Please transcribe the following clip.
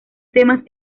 temas